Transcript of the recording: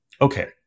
okay